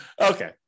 okay